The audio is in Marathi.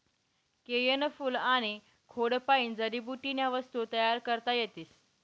केयनं फूल आनी खोडपायीन जडीबुटीन्या वस्तू तयार करता येतीस